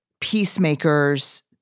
peacemakers